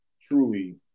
truly